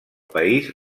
país